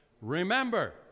remember